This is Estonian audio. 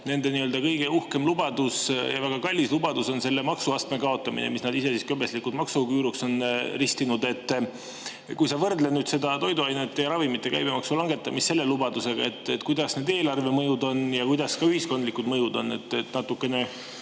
kõige uhkem ja väga kallis lubadus on selle maksuastme kaotamine, mille nad ise goebbelslikult maksuküüruks on ristinud. Kui sa võrdled seda toiduainete ja ravimite käibemaksu langetamist selle lubadusega, siis kuidas need eelarvemõjud on ja kuidas ka ühiskondlikud mõjud on? Saad äkki natukene